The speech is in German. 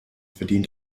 verdient